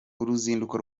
uruzinduko